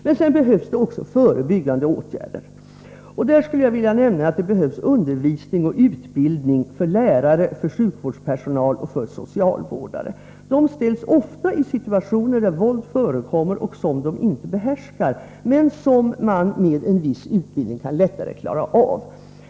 Men det behövs också förebyggande åtgärder. Jag vill nämna att det behövs undervisning och utbildning för lärare, sjukvårdspersonal och socialvårdare. De ställs ofta i situationer där det förekommer våld som de inte behärskar men som man med en viss utbildning lättare kan klara av.